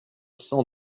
cent